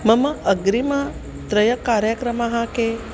मम अग्रिम त्रय कार्यक्रमाः के